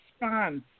response